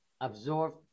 absorb